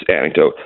anecdote